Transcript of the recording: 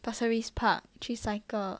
pasir ris park 去 cycle